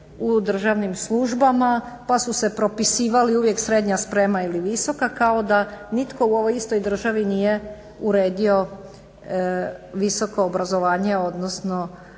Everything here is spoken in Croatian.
u državnim službama pa su se propisivali uvijek srednja sprema ili visoka kao da nitko u ovoj istoj državi nije uredio visoko obrazovanje, odnosno